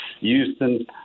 Houston